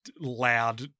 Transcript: loud